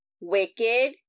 Wicked